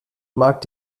mag